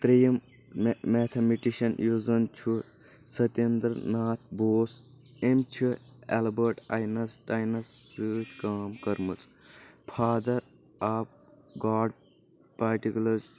ترٛییِم میتھا مٹشن یُس زن چھُ ستیندرٕ ناتھ بوس أمۍ چھ اٮ۪لبأٹ آینس ٹاینس سۭتۍ کأم کٔرمٕژ فادر آف گاڈ پارٹِکلز